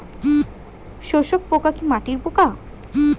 শোষক পোকা কি মাটির পোকা?